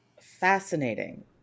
Fascinating